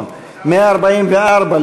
144,